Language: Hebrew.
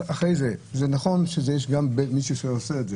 אחרי זה, זה נכון שיש גם מישהו שעושה את זה,